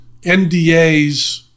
NDAs